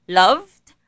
loved